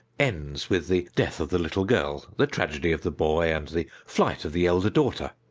ends with the death of the little girl, the tragedy of the boy and the flight of the elder daughter.